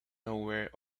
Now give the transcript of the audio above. nowhere